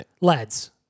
Lads